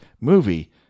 movie